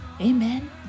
amen